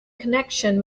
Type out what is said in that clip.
connection